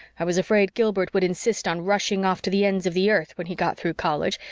i was afraid gilbert would insist on rushing off to the ends of the earth when he got through college,